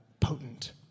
potent